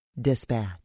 Dispatch